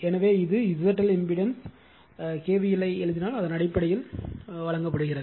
எனவே இது ZL impedance KVL ஐ எழுதினால் அதன் அடிப்படையில் வழங்கப்படுகிறது